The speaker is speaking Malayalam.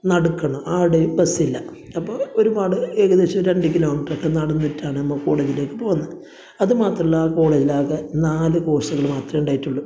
നടക്കണം അവിടേയും ബസ്സില്ല അപ്പോൾ ഒരുപാട് ഏകദേശം രണ്ട് കിലോമീറ്ററൊക്കെ നടന്നിട്ടാണ് നമ്മൾ കോളേജിലേക്ക് പോകുന്നത് അതു മാത്രമല്ല കോളേജിലാകെ നാല് കോഴ്സുകൾ മാത്രമേ ഉണ്ടായിട്ടുള്ളു